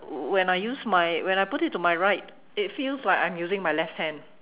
w~ when I use my when I put it to my right it feels like I'm using my left hand